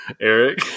Eric